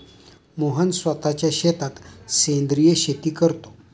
मोहन स्वतःच्या शेतात सेंद्रिय शेती करतो